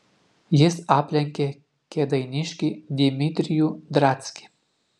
jis aplenkė kėdainiškį dimitrijų drackį